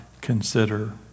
consider